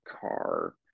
car